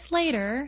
later